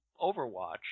Overwatch